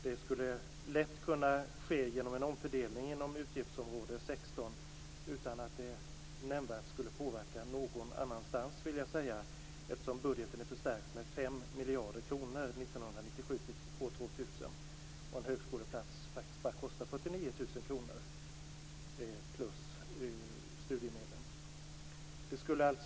Det skulle lätt kunna ske genom en omfördelning inom utgiftsområde 16 - utan att det nämnvärt skulle påverka någon annanstans, skulle jag vilja säga. Budgeten är ju förstärkt med 5 miljarder kronor för åren 1997-2000, och en högskoleplats kostar faktiskt bara 49 000 kr, plus studiemedlen.